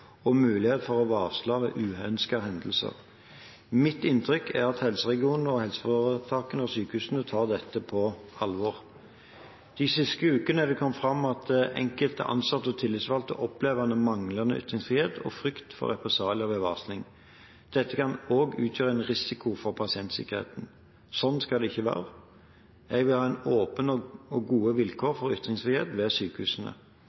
og mulighet til å varsle ved uønskede hendelser. Mitt inntrykk er at helseregionene, helseforetakene og sykehusene tar dette på alvor. De siste ukene er det kommet fram at enkelte ansatte og tillitsvalgte opplever manglende ytringsfrihet og frykt for represalier ved varsling. Dette kan også utgjøre en risiko for pasientsikkerheten. Slik skal det ikke være. Jeg vil ha åpenhet og gode vilkår for ytringsfrihet ved sykehusene.